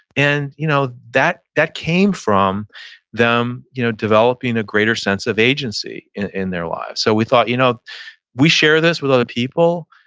and you know that that came from them you know developing a greater sense of agency in their lives so we thought you know we share this with other people,